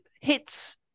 hits